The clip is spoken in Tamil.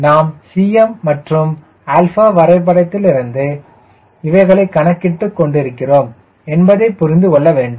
நாம் Cm மற்றும் α வரைபடத்திலிருந்து இவைகளை கணக்கிட்டு கொண்டிருக்கிறோம் என்பதை புரிந்து கொள்ள வேண்டும்